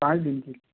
पाँच दिन के